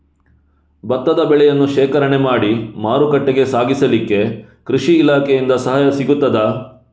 ಭತ್ತದ ಬೆಳೆಯನ್ನು ಶೇಖರಣೆ ಮಾಡಿ ಮಾರುಕಟ್ಟೆಗೆ ಸಾಗಿಸಲಿಕ್ಕೆ ಕೃಷಿ ಇಲಾಖೆಯಿಂದ ಸಹಾಯ ಸಿಗುತ್ತದಾ?